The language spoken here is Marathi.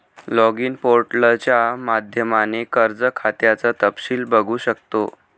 लॉगिन पोर्टलच्या माध्यमाने कर्ज खात्याचं तपशील बघू शकतो